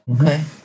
okay